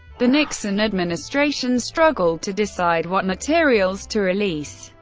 the nixon administration struggled to decide what materials to release.